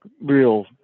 real